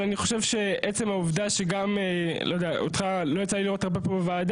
אבל אני חושב שעצם העובדה שגם אותך לא יצא לי לראות הרבה פה בוועדה,